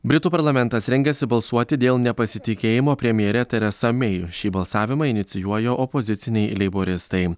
britų parlamentas rengiasi balsuoti dėl nepasitikėjimo premjere teresa mei šį balsavimą inicijuoja opoziciniai leiboristai